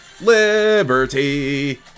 Liberty